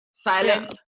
Silence